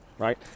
right